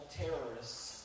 terrorists